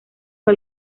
fue